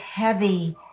heavy